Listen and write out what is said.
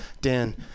Dan